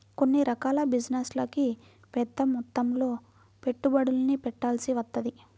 కొన్ని రకాల బిజినెస్లకి పెద్దమొత్తంలో పెట్టుబడుల్ని పెట్టాల్సి వత్తది